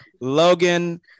logan